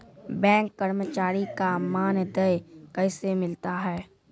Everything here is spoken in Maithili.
बैंक कर्मचारी का मानदेय कैसे मिलता हैं?